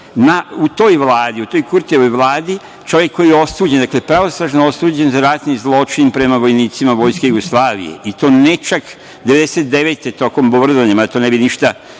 u toj vladi, u toj Kurtijevoj vladi čovek koji je osuđen, pravnosnažno osuđen za ratni zločin prema vojnicima Vojske Jugoslavije i to ne čak 1999. godine tokom bombardovanja, mada to ne bi ništa